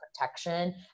protection